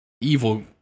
evil